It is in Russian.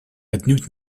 отнюдь